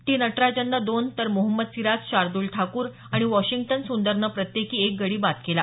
T नटराजननं दोन तर मोहम्मद सिराज शार्दुल ठाकुर आणि वॉशिंग्टन सुंदरनं प्रत्येकी एक गडी बाद केला